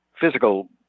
physical